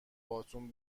باتوم